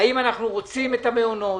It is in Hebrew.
האם אנחנו רוצים את המעונות,